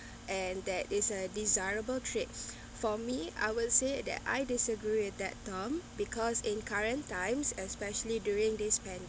and that is a desirable trait for me I will say that I disagree with that term because in current times especially during this pan